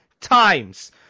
times